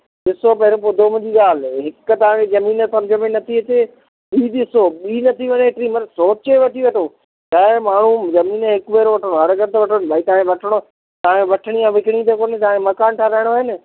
ॾिसो पर ॿुधो मुंहिंजी ॻाल्हि हिकु तव्हां खे ज़मीन सम्झि में नथी अचे ॿी ॾिसो ॿी नथी वणी मतिलबु सोचे वठी वठो त माण्हू ज़मीन हिकु बार वठंदो हाणे नथा वठो तव्हांखे वठिणी आहे विकिणणी त कोन्हे त तव्हांखे मकान ठहिराइणो आहे न